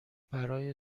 برای